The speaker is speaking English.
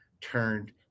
turned